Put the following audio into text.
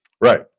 Right